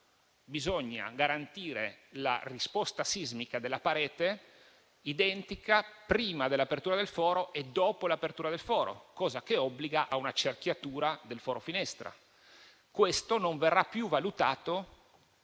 bisogna garantire una risposta sismica della parete identica prima e dopo l'apertura del foro e ciò obbliga a una cerchiatura del foro finestra. Questo non verrà più valutato